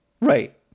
Right